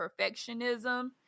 perfectionism